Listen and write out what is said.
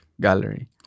Gallery